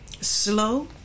slow